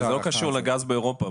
זה לא קשור לגז באירופה,